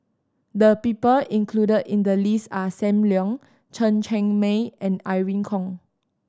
the people included in the list are Sam Leong Chen Cheng Mei and Irene Khong